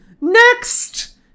next